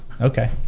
okay